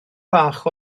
bach